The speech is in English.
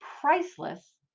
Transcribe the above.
priceless